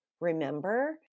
remember